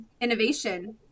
innovation